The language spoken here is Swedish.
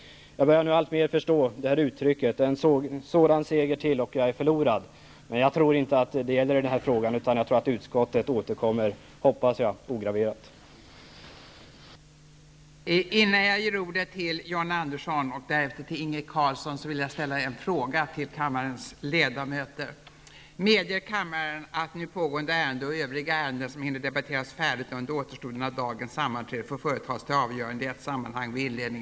Jag börjar nu alltmer förstå uttrycket ''en sådan seger till och jag är förlorad''. Men det gäller nog inte den här frågan, utan jag tror att utskottet återkommer med -- hoppas jag -- en ograverad majoritet.